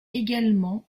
également